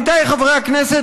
עמיתיי חברי הכנסת,